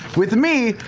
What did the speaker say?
with me,